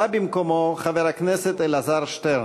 בא במקומו חבר הכנסת אלעזר שטרן.